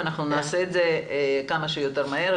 ונעשה את זה כמה שיותר מהר.